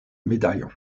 médaillon